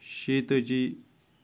شیٚیہِ تٲجی